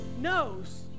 knows